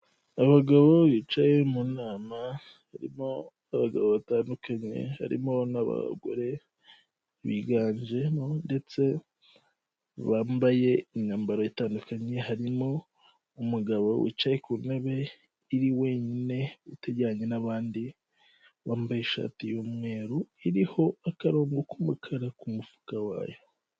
Abagabo bicaye mu nama harimo abagabo batandukanye, harimo n'abagore biganjemo ndetse bambaye imyambaro itandukanye, harimo umugabo wicaye ku ntebe iri wenyine, utajyanye n'abandi bambaye ishati y'umweru, iriho akarongo k'umukara ku mufuka wayo.